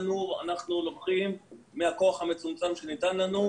אנחנו לוקחים מהכוח המצומצם שניתן לנו,